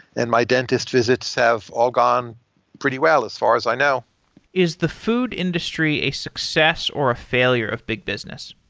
and my dentist visits have all gone pretty well as far as i know is the food industry a success or failure of big business?